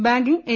banking A